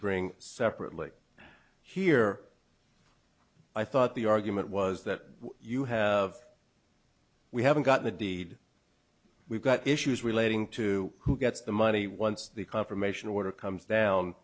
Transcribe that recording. bring separately here i thought the argument was that you have we haven't got the deed we've got issues relating to who gets the money once the confirmation order comes down